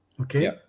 Okay